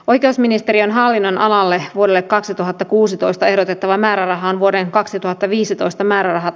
oikeusministeriön hallinnonalalle vuodelle kaksituhattakuusitoista ehdotettava määrärahan vuoden kaksituhattaviisitoista määrärahat